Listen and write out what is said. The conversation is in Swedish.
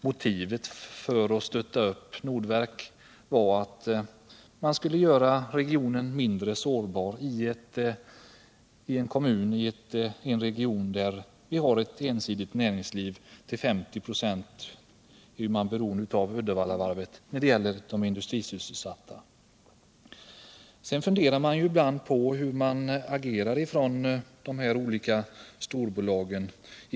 Motivet för att stötta upp Nordverk var att göra kommunen mindre sårbar i en region där vi har ett ensidigt näringsliv; till 50 96 är man beroende av Uddevallavarvet. Ibland funderar man över hur de olika storbolagen agerar.